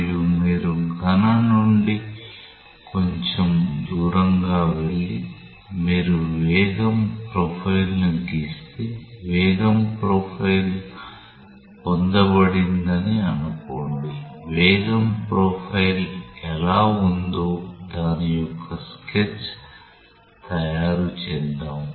మరియు మీరు ఘన నుండి కొంచెం దూరంగా వెళ్లి మీరు వేగం ప్రొఫైల్ను గీస్తే వేగం ప్రొఫైల్ పొందబడిందని అనుకోండి వేగం ప్రొఫైల్ ఎలా ఉందో దాని యొక్క స్కెచ్ తయారు చేద్దాం